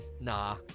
nah